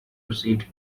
received